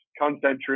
concentric